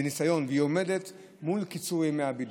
בניסיון, והיא עומדת מול קיצור ימי הבידוד.